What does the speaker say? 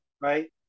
Right